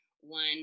one